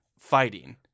Fighting